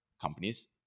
companies